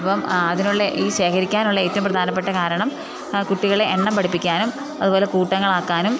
അപ്പം അതിനുള്ള ഈ ശേഖരിക്കാനുള്ള ഏറ്റവും പ്രധാനപ്പെട്ട കാരണം കുട്ടികളെ എണ്ണം പഠിപ്പിക്കാനും അതുപോലെ കൂട്ടങ്ങളാക്കാനും